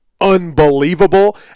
unbelievable